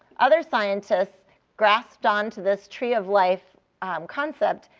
other scientists grasped onto this tree of life um concept.